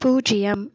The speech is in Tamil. பூஜ்யம்